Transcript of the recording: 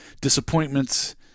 disappointments